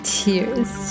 tears